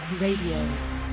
Radio